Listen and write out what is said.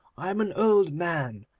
i am an old man,